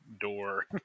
door